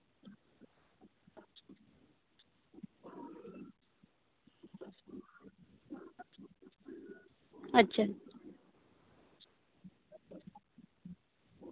ᱟᱪᱪᱷᱟ